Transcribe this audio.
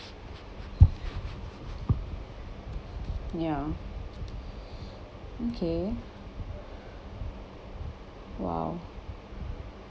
ya okay !wow!